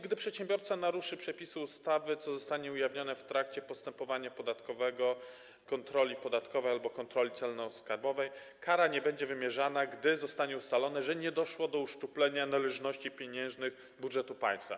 Gdy przedsiębiorca naruszy przepisy ustawy, co zostanie ujawnione w trakcie postępowania podatkowego, kontroli podatkowej albo kontroli celno-skarbowej, kara nie będzie wymierzana, gdy zostanie ustalone, że nie doszło do uszczuplenia należności pieniężnych budżetu państwa.